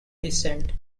descent